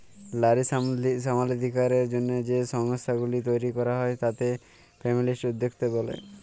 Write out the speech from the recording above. লারী সমালাধিকারের জ্যনহে যে সংস্থাগুলি তৈরি ক্যরা হ্যয় তাতে ফেমিলিস্ট উদ্যক্তা ব্যলে